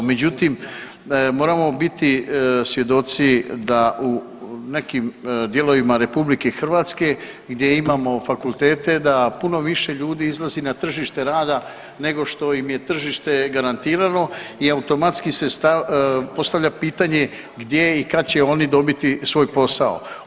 Međutim moramo biti svjedoci da u nekim dijelovima RH gdje imamo fakultete da puno više ljudi izlazi na tržište rada nego što im je tržište garantiralo i automatski se, postavlja pitanje gdje i kada će oni dobiti svoj posao.